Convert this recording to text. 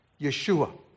Yeshua